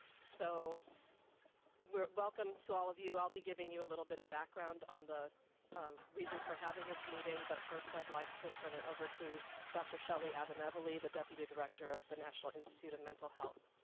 so welcome to all of you. i'll be giving you a little bit of background on the reasons for having this meeting but first i'd like to turn it over to dr. shelli avenevoli, the deputy director of the national institute of mental health.